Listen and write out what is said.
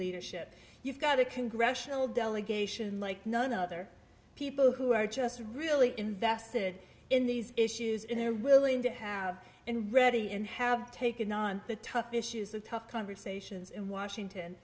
leadership you've got a congressional delegation like none other people who are just really invested in these issues in their willing to have and ready and have taken on the tough issues of tough conversations in washington